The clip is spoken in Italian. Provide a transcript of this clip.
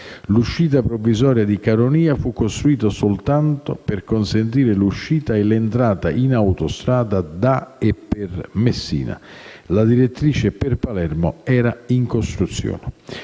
L'uscita provvisoria di Caronia fu costruita solo per consentire l'uscita e l'entrata in autostrada da e per Messina. La direttrice per Palermo era in costruzione.